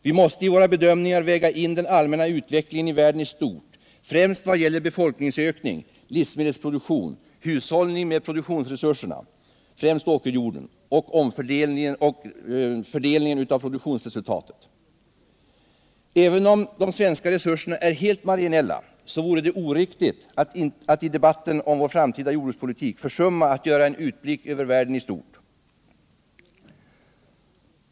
Vi måste i våra bedömningar väga in den allmänna utvecklingen i världen i stort, främst vad gäller befolkningsökning, livsmedelsproduktion, hushållning med produktionsresurserna — främst åkerjorden — och fördelningen av produktionsresultatet. Även om de svenska resurserna är helt marginella vore det oriktigt att i debatten om vår framtida jordbrukspolitik försumma att göra en utblick över världen i stort.